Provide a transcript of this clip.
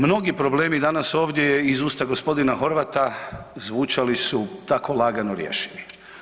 Mnogi problemi danas ovdje iz usta gospodina Horvata zvučali su tako lagano rješivi.